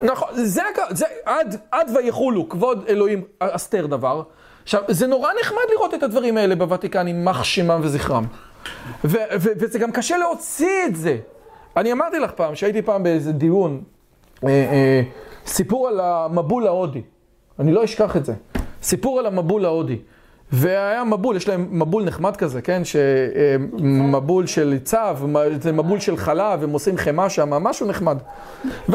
נכון, זה, עד ויכולו, כבוד אלוהים, אסתר דבר. עכשיו, זה נורא נחמד לראות את הדברים האלה בוותיקן עם ימח שימם וזכרם. וזה גם קשה להוציא את זה. אני אמרתי לך פעם, שהייתי פעם באיזה דיון, סיפור על המבול ההודי. אני לא אשכח את זה. סיפור על המבול ההודי. והיה מבול, יש להם מבול נחמד כזה, כן? שמבול של צו, זה מבול של חלב, הם עושים חמאה שם, ממש הוא נחמד.